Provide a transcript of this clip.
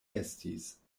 estis